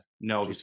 no